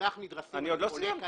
המונח "נדרסים" אני חולק עליו.